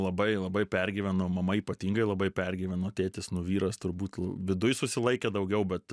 labai labai pergyveno mama ypatingai labai pergyveno tėtis nu vyras turbūt viduj susilaikė daugiau bet